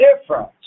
difference